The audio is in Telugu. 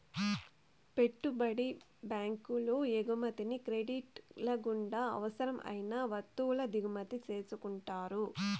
పెట్టుబడి బ్యాంకులు ఎగుమతిని క్రెడిట్ల గుండా అవసరం అయిన వత్తువుల దిగుమతి చేసుకుంటారు